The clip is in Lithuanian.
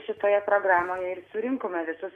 šitoje programoje ir surinkome visus